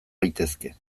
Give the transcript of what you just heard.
gaitezke